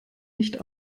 nicht